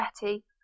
betty